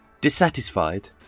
dissatisfied